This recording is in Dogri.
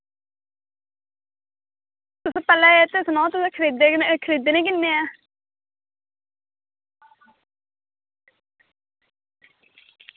पैह्लें एह् सनाओ की तुसें खरीदने की में